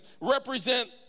represent